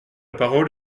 parole